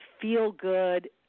feel-good